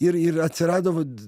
ir ir atsirado vat